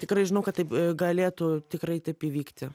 tikrai žinau kad taip galėtų tikrai taip įvykti